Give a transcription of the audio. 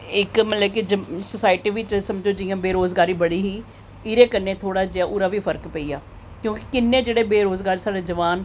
ते इक्क समझो सोसायटी बिच बेरोज़गारी बड़ी ही एह्दे कन्नै थोह्ड़ा जेहा ओह्दा बी फर्क पेई गेआ ते ओह् किन्ने साढ़े जेह्ड़े बेरोज़गार जोआन